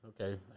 Okay